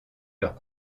leurs